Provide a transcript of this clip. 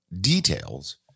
details